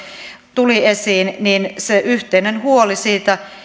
tuli esiin se yhteinen huoli